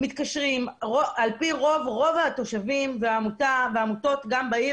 על-פי רוב התושבים והעמותות שבעיר